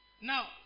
Now